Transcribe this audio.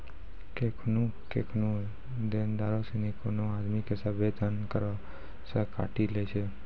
केखनु केखनु देनदारो सिनी कोनो आदमी के सभ्भे धन करो से काटी लै छै